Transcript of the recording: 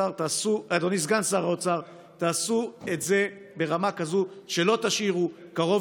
אדוני סגן שר האוצר: תעשו את זה ברמה כזו שלא תשאירו קרוב